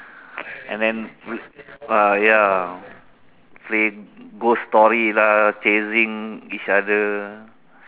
and then with uh ya play ghost story lah chasing each other